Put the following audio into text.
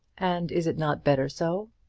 and is it not better so?